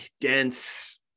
dense